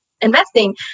investing